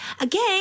Again